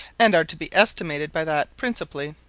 and are to be estimated by that principally.